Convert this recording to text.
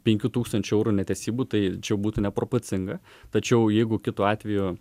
penkių tūkstančių eurų netesybų tai čia jau būtų neproporcinga tačiau jeigu kitu atveju